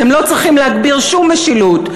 אתם לא צריכים להגביר שום משילות.